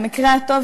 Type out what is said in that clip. במקרה הטוב,